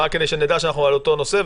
כדי שנדע שאנחנו על אותו נושא.